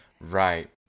Right